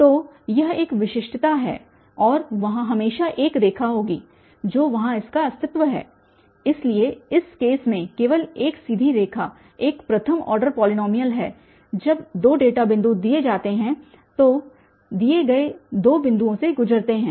तो यह एक विशिष्टता है और वहाँ हमेशा एक रेखा होगी तो वहाँ इसका अस्तित्व है इसलिए इस केस में केवल एक सीधी रेखा एक प्रथम ऑर्डर पॉलीनॉमियल है जब दो डेटा बिंदु दिए जाते हैं जो दिए गए दो बिंदुओं से गुजरते हैं